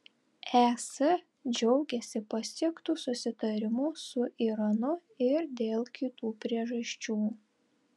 es džiaugiasi pasiektu susitarimu su iranu ir dėl kitų priežasčių